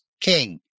King